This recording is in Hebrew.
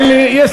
האמן לי,